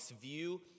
view